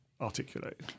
articulate